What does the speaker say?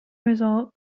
result